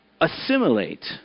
assimilate